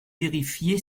vérifié